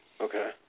Okay